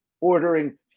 ordering